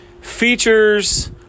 features